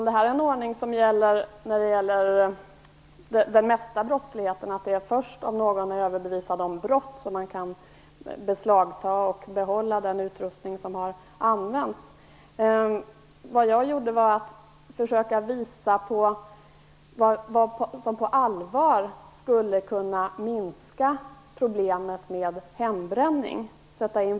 Herr talman! Här gäller detsamma som för det mesta av brottsligheten. Det är först om någon blir överbevisad om brott som man kan beslagta den utrustning som har använts. Jag försökte visa på något som på allvar skulle kunna minska problemet med hembränning.